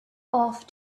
off